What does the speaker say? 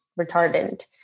retardant